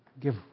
Give